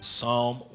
Psalm